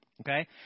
Okay